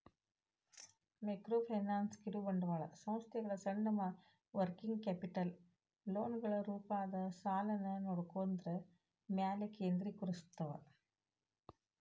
microfinance ಕಿರುಬಂಡವಾಳ ಸಂಸ್ಥೆಗಳ ಸಣ್ಣ ವರ್ಕಿಂಗ್ ಕ್ಯಾಪಿಟಲ್ ಲೋನ್ಗಳ ರೂಪದಾಗ ಸಾಲನ ನೇಡೋದ್ರ ಮ್ಯಾಲೆ ಕೇಂದ್ರೇಕರಸ್ತವ